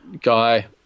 guy